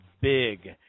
big